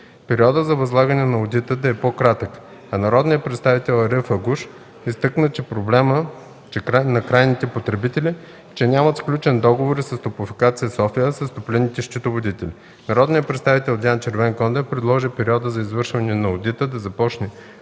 периодът за възлагане на одита да е по-кратък, а народният представител Ариф Агуш изтъкна проблема, че крайните потребители нямат сключени договори с „Топлофикация София”, а с топлинните счетоводители. Народният представител Диан Червенкондев предложи периодът за извършване на одита да започне